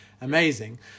amazing